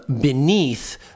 beneath